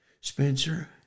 Spencer